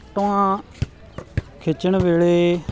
ਹਾਂ ਖਿੱਚਣ ਵੇਲੇ